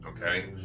okay